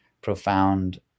profound